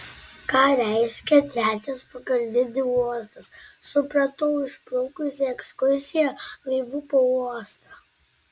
ką reiškia trečias pagal dydį uostas supratau išplaukus į ekskursiją laivu po uostą